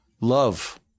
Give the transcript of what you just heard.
love